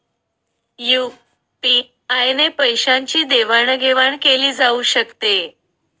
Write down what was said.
UPI ने पैशांची देवाणघेवाण केली जाऊ शकते